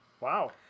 Wow